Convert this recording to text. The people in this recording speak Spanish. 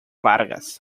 largas